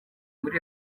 muri